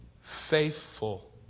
Faithful